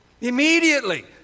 immediately